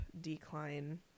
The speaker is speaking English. decline